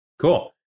Cool